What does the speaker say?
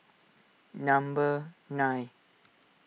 number nine